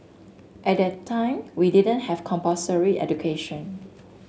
at that time we didn't have compulsory education